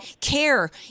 Care